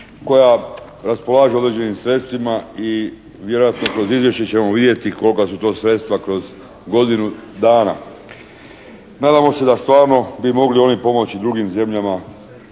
Koja raspolaže određenim sredstvima i vjerojatno kroz izvješće ćemo vidjeti kolika su to sredstva kroz godinu dana. Nadamo se da stvarno bi mogli oni pomoći drugim zemljama,